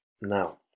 Now